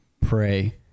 pray